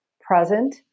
present